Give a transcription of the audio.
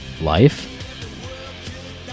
life